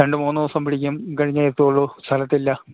രണ്ട് മൂന്ന് ദിവസം പിടിക്കും കഴിഞ്ഞേ എത്തുകയുള്ളു സ്ഥലത്തില്ല